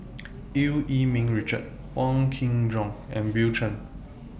EU Yee Ming Richard Wong Kin Jong and Bill Chen